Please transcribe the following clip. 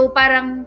parang